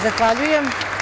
Zahvaljujem.